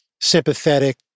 sympathetic